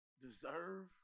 deserve